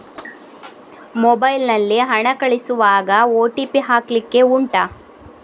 mobile ನಲ್ಲಿ ಹಣ ಕಳಿಸುವಾಗ ಓ.ಟಿ.ಪಿ ಹಾಕ್ಲಿಕ್ಕೆ ಉಂಟಾ